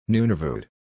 Nunavut